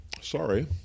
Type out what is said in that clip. sorry